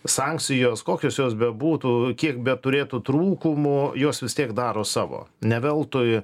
sankcijos kokios jos bebūtų kiek beturėtų trūkumų jos vis tiek daro savo ne veltui